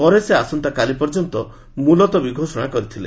ପରେ ସେ ଆସନ୍ତାକାଲି ପର୍ଯ୍ୟନ୍ତ ମୁଲତବୀ ଘୋଷଣା କରିଥିଲେ